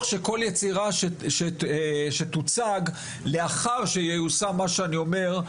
שכל יצירה שתוצג לאחר שייושם מה שאני אומר,